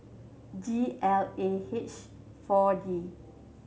G L A H Four D